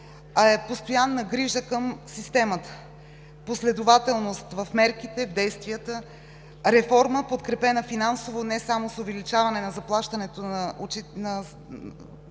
а е постоянна грижа към системата, последователност в мерките, в действията, реформа, подкрепена финансово не само с увеличаване на заплатите на учителите